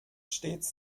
stets